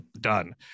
done